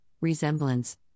resemblance